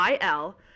il